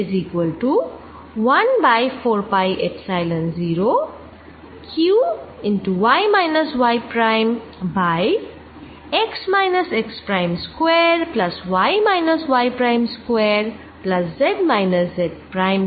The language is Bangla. চটপট z কম্পনেন্ট টিও লিখে ফেলি